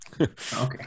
okay